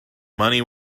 money